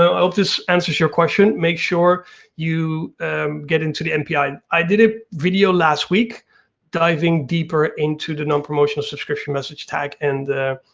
i hope this answers your question. make sure you get into the npi. i did a video last week diving deeper into the non-promotional subscription message tag, and the